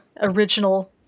original